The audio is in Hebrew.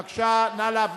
בבקשה, נא להביא.